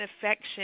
affection